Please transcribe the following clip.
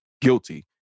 guilty